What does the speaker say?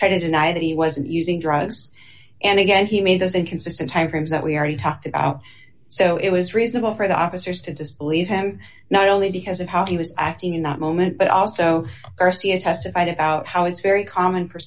try to deny that he wasn't using drugs and again he made those inconsistent time frames that we already talked about so it was reasonable for the officers to disbelieve him not only because of how he was acting in that moment but also testified about how it's very common for